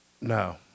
No